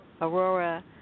Aurora